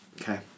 okay